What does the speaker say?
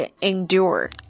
endure